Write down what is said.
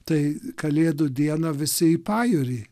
tai kalėdų dieną visi į pajūrį